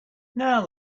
now